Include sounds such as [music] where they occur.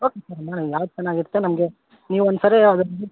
okay sir ನೋಡಿ ಯಾವ್ದ ಚೆನ್ನಾಗಿರತ್ತೆ ನಮಗೆ ನೀವು ಒಂದು ಸರಿ [unintelligible]